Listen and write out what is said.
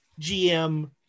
gm